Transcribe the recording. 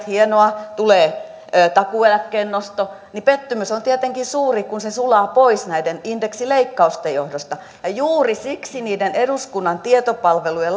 hienoa tulee takuueläkkeen nosto niin pettymys on tietenkin suuri kun se sulaa pois näiden indeksileikkausten johdosta ja juuri siksi eduskunnan tietopalvelun